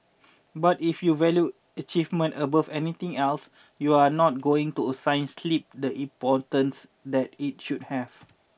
but if you value achievement above everything else you're not going to assign sleep the importance that it should have